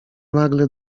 nagle